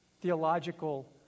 theological